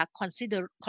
Consider